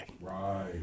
Right